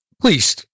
Please